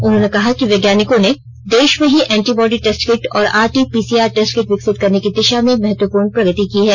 उन्होंने कहा कि वैज्ञानिकों ने देश में ही एंटीबॉडी टेस्ट किट और R T PCR test kit विकसित करने की दिशा में महत्वपूर्ण प्रगति की है